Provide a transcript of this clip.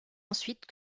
ensuite